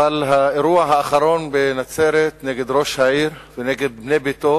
אבל האירוע האחרון בנצרת נגד ראש העיר ונגד בני ביתו